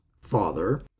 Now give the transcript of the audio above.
Father